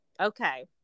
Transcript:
Okay